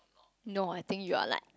no you know I think you are like